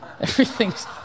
everything's